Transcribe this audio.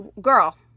Girl